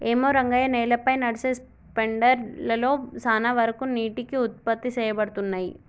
ఏమో రంగయ్య నేలపై నదిసె స్పెండర్ లలో సాన వరకు నీటికి ఉత్పత్తి సేయబడతున్నయి